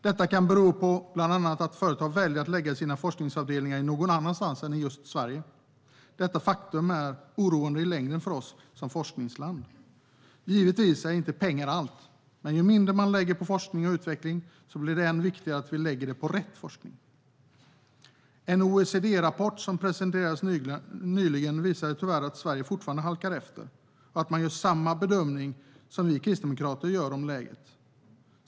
Detta kan bland annat bero på att företag väljer att lägga sina forskningsavdelningar någon annanstans än just i Sverige. Detta faktum är oroande i längden för oss som forskningsland. Givetvis är inte pengar allt, men ju mindre man lägger på forskning och utveckling, desto viktigare blir det att vi lägger pengarna på rätt forskning. En OECD-rapport som presenterades nyligen visar tyvärr att Sverige fortfarande halkar efter och att man gör samma bedömning som vi kristdemokrater gör av läget.